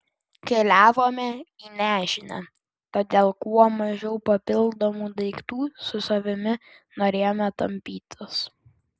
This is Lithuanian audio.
keliavome į nežinią todėl kuo mažiau papildomų daiktų su savimi norėjome tampytis